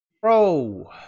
bro